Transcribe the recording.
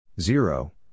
Zero